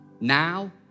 Now